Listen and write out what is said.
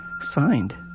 signed